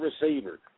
receiver